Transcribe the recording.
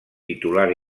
titular